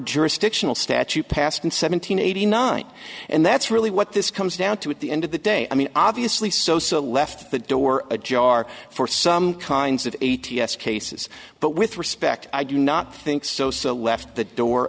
jurisdictional statute passed in seven hundred eighty nine and that's really what this comes down to at the end of the day i mean obviously sosa left the door ajar for some kinds of a t s cases but with respect i do not think so so left the door